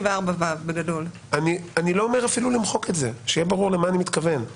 שיהיה ברור למה אני מתכוון.